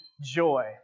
Joy